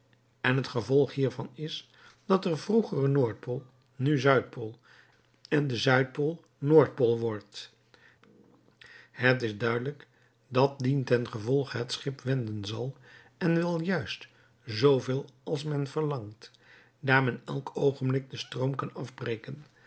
en het gevolg hiervan is dat de vroegere noordpool nu zuidpool en de zuidpool noordpool wordt het is duidelijk dat dien ten gevolge het schip wenden zal en wel juist zooveel als men verlangt daar men elk oogenblik den stroom kan afbreken